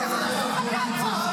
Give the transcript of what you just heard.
מדרובה,